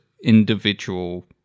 individual